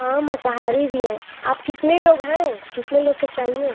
हाँ माँसाहारी भी है आप कितने लोग हैं कितने लोग के चाहिए